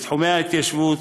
בתחומי ההתיישבות,